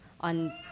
on